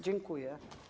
Dziękuję.